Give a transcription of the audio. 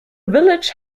village